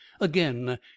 again